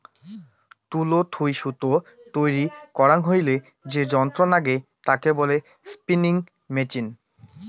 তুলো থুই সুতো তৈরী করাং হইলে যে যন্ত্র নাগে তাকে বলে স্পিনিং মেচিন